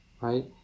right